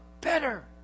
better